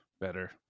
Better